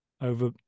over